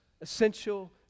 essential